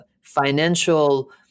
financial